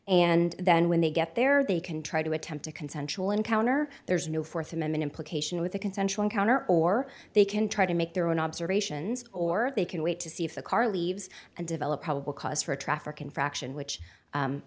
and then when they get there they can try to attempt a consensual encounter there's no th amendment implication with a consensual encounter or they can try to make their own observations or they can wait to see if the car leaves and develop probable cause for a traffic infraction which